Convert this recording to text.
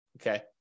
okay